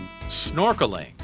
snorkeling